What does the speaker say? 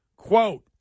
Quote